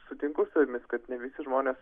sutinku su jumis kad ne visi žmonės